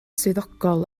swyddogol